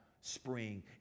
spring